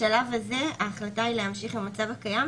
בשלב הזה ההחלטה היא להמשיך עם המצב הקיים,